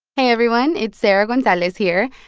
hey everyone. it's sarah gonzalez here.